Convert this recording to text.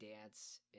Dance